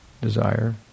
desire